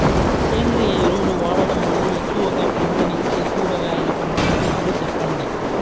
సేంద్రియ ఎరువులు వాడడం వల్ల ఎక్కువగా పంటనిచ్చే కూరగాయల పంటల రకాలు సెప్పండి?